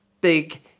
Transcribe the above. big